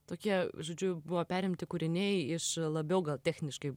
tokie žodžiu buvo perimti kūriniai iš labiau gal techniškai